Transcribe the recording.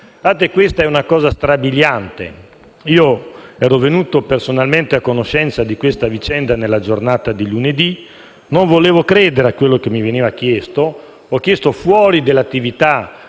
Questa è una cosa strabiliante. Io ero venuto personalmente a conoscenza di questa vicenda nella giornata di lunedì. Non volevo credere a quello che mi veniva detto. Ho chiesto, fuori dall'attività